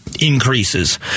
increases